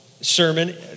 sermon